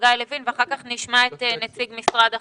חגי לוין, ואחר כך נשמע את נציג משרד החינוך.